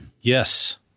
Yes